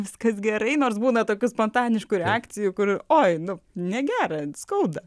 viskas gerai nors būna tokių spontaniškų reakcijų kur oi nu negera skauda